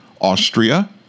Austria